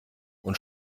und